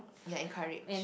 you're encouraged